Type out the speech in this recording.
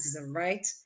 right